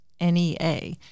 NEA